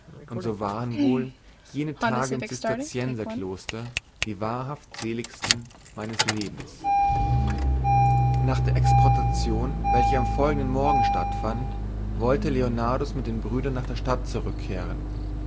und so waren wohl jene tage im zisterzienserkloster die wahrhaft seligsten meines lebens nach der exportation welche am folgenden morgen stattfand wollte leonardus mit den brüdern nach der stadt zurückkehren